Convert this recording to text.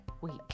week